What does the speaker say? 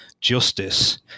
justice